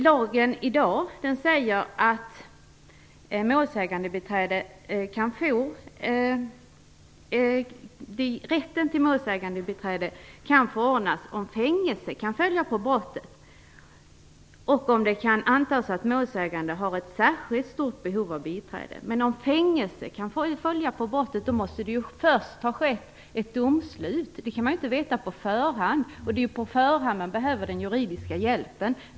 Lagen säger i dag att rätten till målsägandebiträde kan förordnas om fängelse kan följa på brottet och om det kan antas att målsägande har ett särskilt stort behov av biträde. Men om fängelse kan följa på brottet måste det först ha varit ett domslut. Det kan man inte veta på förhand, och det är på förhand man behöver den juridiska hjälpen.